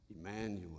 Emmanuel